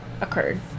occurred